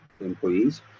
employees